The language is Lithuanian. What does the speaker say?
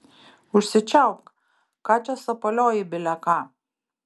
užsičiaupk ką čia sapalioji bile ką